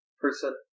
person